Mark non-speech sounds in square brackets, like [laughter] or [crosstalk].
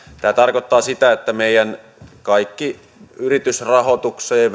tämä tarkoittaa sitä että kaikki yritysrahoitukseen [unintelligible]